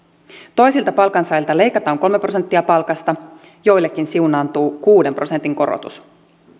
toisilta palkansaajilta leikataan kolme prosenttia palkasta joillekin siunaantuu kuuden prosentin korotus